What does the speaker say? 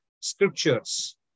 scriptures